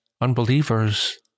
unbelievers